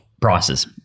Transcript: prices